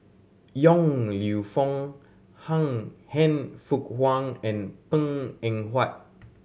Yong Lew Foong Han Fook Kwang and Png Eng Huat